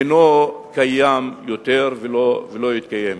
אינו קיים יותר ולא יתקיים יותר.